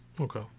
Okay